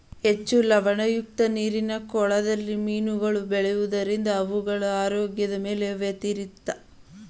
ಹೆಚ್ಚು ಲವಣಯುಕ್ತ ನೀರಿನ ಕೊಳದಲ್ಲಿ ಮೀನುಗಳು ಬೆಳೆಯೋದರಿಂದ ಅವುಗಳ ಆರೋಗ್ಯದ ಮೇಲೆ ವ್ಯತಿರಿಕ್ತ ಪರಿಣಾಮ ಬೀರುತ್ತದೆ